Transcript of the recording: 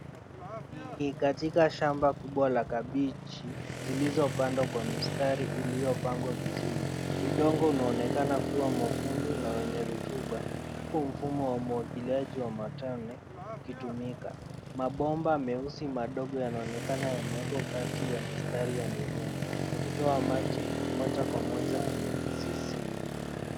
Ni katika shamba kubwa la kabeji zilizopandwa kwa mistari iliyopangwa vizuri. Udongo unaonekana kuwa mwekundu na wenye rutuba huku mfumo wa umwagiliaji wa matone ukitumika. Mabomba meusi madogo yanaonekana yamewekwa kati ya mistari ya mimea yakitoa maji moja kwa moja kwenye mizizi.